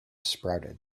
sprouted